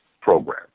program